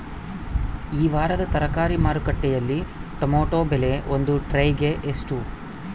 ಈ ವಾರದ ತರಕಾರಿ ಮಾರುಕಟ್ಟೆಯಲ್ಲಿ ಟೊಮೆಟೊ ಬೆಲೆ ಒಂದು ಟ್ರೈ ಗೆ ಎಷ್ಟು?